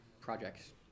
projects